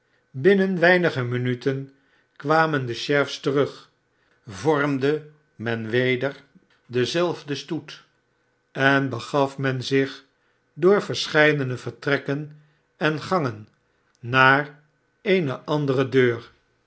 binnen weinige minuten kwamen de sheriffs terug vormde men weder denzelfden stoet en begaf men zich door verscheidene vertrekken en gangen naar eene andere deur